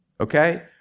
okay